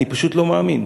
אני פשוט לא מאמין.